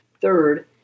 Third